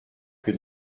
que